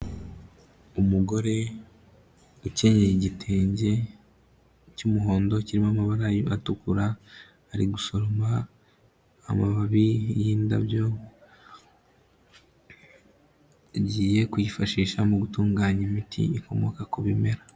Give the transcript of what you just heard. Umugore ukenyeye igitenge cy'umuhondo kirimo amabara atukura, ari gusoroma amababi yindabyo, agiye kuyifashisha mu gutunganya imiti ikomoka ku bimera.